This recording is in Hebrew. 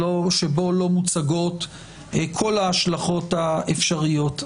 שבו לא מוצגות כל ההשלכות האפשריות.